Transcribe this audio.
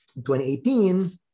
2018